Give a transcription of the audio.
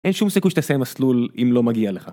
אין שום סיכוי שתסיים מסלול אם לא מגיע לך.